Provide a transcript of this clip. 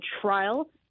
trial